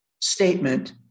statement